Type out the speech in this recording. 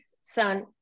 son